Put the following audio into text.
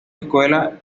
escuela